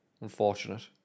unfortunate